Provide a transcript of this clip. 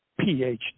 PhD